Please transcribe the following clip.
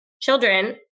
children